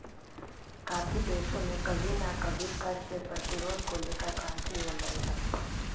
काफी देशों में कभी ना कभी कर के प्रतिरोध को लेकर क्रांति होलई हल